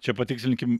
čia patikslinkim